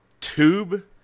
tube